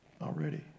already